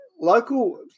local –